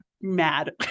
mad